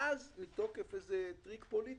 ואז מתוקף איזה טריק פוליטי,